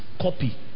copy